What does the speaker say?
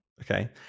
Okay